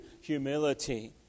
humility